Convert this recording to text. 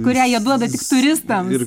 kurią jie duoda tik turistams